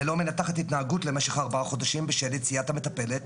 ללא מנתחת התנהגות למשך ארבעה חודשים בשל יציאת המטפלת